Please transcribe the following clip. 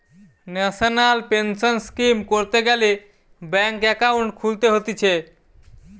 national pension scheme করতে গ্যালে bank account খুলতে হতিছে